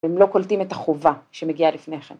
‫והם לא קולטים את החובה ‫שמגיעה לפני כן.